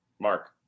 mark